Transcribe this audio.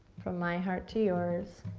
from my heart to yours,